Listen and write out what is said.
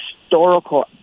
historical